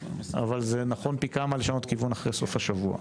אבל זה נכון פי כמה לשנות כיוון אחרי סוף השבוע.